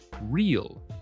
real